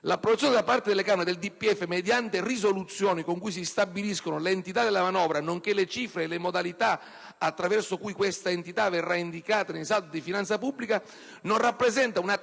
di programmazione economico-finanziaria mediante risoluzioni con cui si stabiliscono le entità della manovra nonché le cifre e le modalità attraverso cui questa entità verrà indicata nei saldi di finanza pubblica non rappresenta un atto